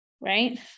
right